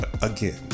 again